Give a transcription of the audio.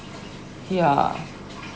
yeah